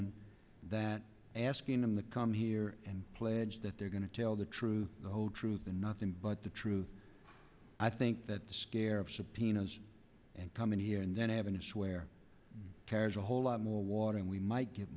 chairman that asking them to come here and pledge that they're going to tell the truth the whole truth and nothing but the truth i think that the scare of subpoenas and come in here and then having to swear carries a whole lot more water and we might get